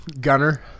Gunner